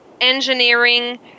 engineering